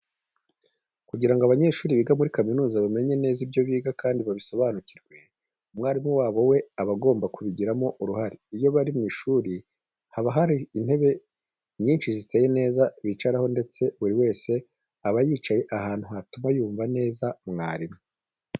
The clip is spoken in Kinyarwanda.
Kugira ngo abanyeshuri biga muri kaminuza bamenye neza ibyo biga kandi babisobanukirwe, umwarimu wabo na we aba agomba kubigiramo uruhare. Iyo bari mu ishuri haba hari intebe nyinshi ziteye neza bicaraho ndetse buri wese aba yicaye ahantu hatuma yumva neza mwarimu.